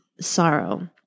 sorrow